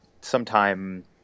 sometime